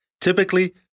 Typically